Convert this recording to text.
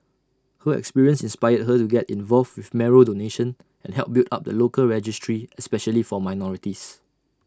her experience inspired her to get involved with marrow donation and help build up the local registry especially for minorities